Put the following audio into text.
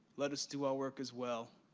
let us do our work as well,